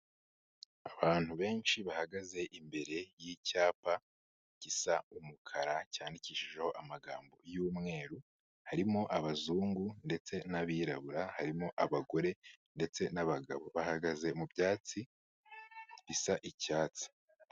Abantu benshi bahagaze imbere y'icyapa gisa umukara cyandikishijeho amagambo y'umweru, harimo abazungu ndetse n'abirabura, harimo abagore ndetse n'abagabo. Bahagaze mu byatsi bisa icyatsi.